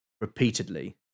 repeatedly